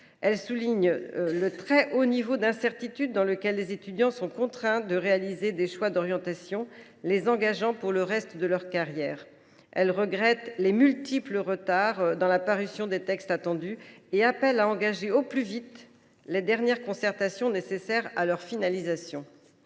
Elle souligne le très haut niveau de l’incertitude dans laquelle les étudiants sont contraints de faire des choix d’orientation les engageant pour le reste de leur carrière. Elle déplore les multiples retards dans la parution des textes attendus et appelle à engager au plus vite les dernières concertations nécessaires à leur finalisation.